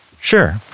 Sure